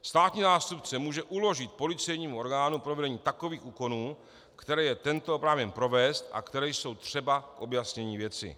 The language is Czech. Státní zástupce může uložit policejnímu orgánu provedení takových úkonů, které je tento oprávněn provést a které jsou třeba k objasnění věci.